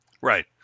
right